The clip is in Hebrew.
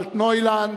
"אלטנוילנד,